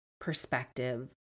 perspective